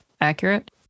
accurate